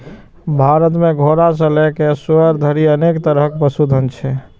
भारत मे घोड़ा सं लए कए सुअर धरि अनेक तरहक पशुधन छै